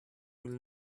will